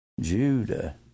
Judah